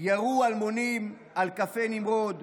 ירו אלמונים על קפה נמרוד,